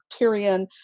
Tyrion